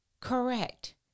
Correct